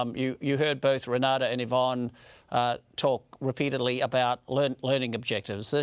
um you you heard both renata and yvonne talk repeatedly about learning learning objectives. ah